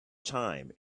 time